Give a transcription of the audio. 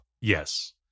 yes